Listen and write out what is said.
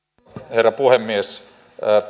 herra puhemies